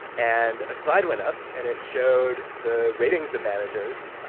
and a slide went up and it showed the ratings of managers,